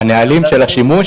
הנהלים של השימוש